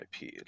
IP